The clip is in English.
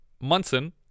munson